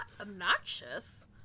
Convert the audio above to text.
obnoxious